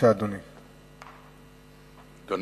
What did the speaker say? הכנסת אילן גילאון, בבקשה.